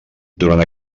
durant